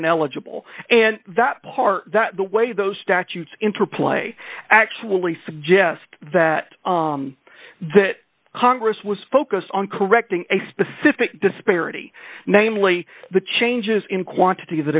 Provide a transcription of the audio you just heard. ineligible and that part that the way those statutes interplay actually suggest that that congress was focused on correcting a specific disparity namely the changes in quantity that